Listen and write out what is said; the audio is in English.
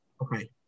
Okay